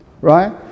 Right